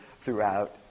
throughout